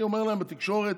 אני אומר להם, בתקשורת: